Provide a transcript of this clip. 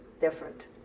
different